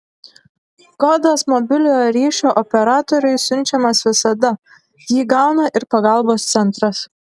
kodas mobiliojo ryšio operatoriui siunčiamas visada jį gauna ir pagalbos centras